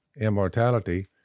immortality